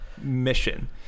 mission